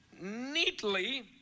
neatly